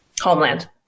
Homeland